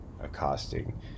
accosting